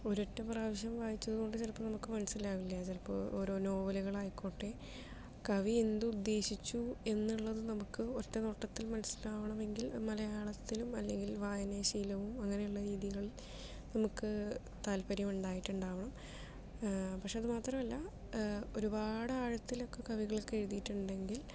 ഒരൊറ്റ പ്രാവശ്യം വായിച്ചതു കൊണ്ട് ചിലപ്പോൾ നമുക്ക് മനസ്സിലാകില്ല ചിലപ്പോൾ ഓരോ നോവലുകൾ ആയിക്കോട്ടെ കവി എന്ത് ഉദ്ദേശിച്ചു എന്നുള്ളത് നമുക്ക് ഒറ്റ നോട്ടത്തിൽ മനസ്സിലാവണമെങ്കിൽ മലയാളത്തിലും അല്ലെങ്കിൽ വായനാശീലവും അങ്ങനെയുള്ള രീതികൾ നമുക്ക് താൽപര്യം ഉണ്ടായിട്ട് ഉണ്ടാവണം പക്ഷേ അതുമാത്രമല്ല ഒരുപാട് ആഴത്തിൽ ഒക്കെ കവികൾ ഒക്കെ എഴുതിയിട്ടുണ്ടെങ്കിൽ